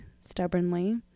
stubbornly